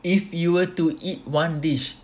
if you were to eat one dish